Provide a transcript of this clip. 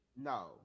No